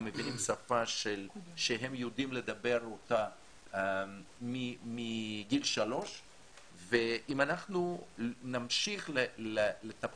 הם מבינים את השפה שהם יודעים לדבר אותה מגיל שלוש ואם אנחנו נמשיך לטפל